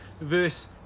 verse